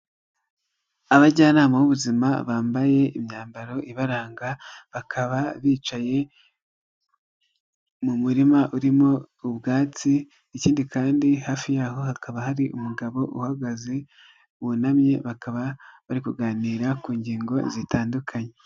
Abajyanama b'ubuzima bambaye imyambaro ibaranga bakaba bicaye mu murima urimo ubwatsi ikindi kandi hafi yaho hakaba hari umugabo uhagaze, wunamye bakaba bari kuganira ku ngingo zitandukanye.